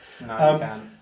no